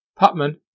Putman